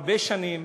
הרבה שנים,